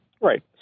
Right